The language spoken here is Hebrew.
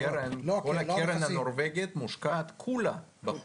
הקרן הנורבגית מושקעת כולה בחוץ.